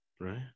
right